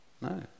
No